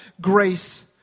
grace